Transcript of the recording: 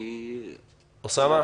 אוסאמה?